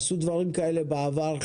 עשו דברים כאלה בעבר.